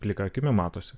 plika akimi matosi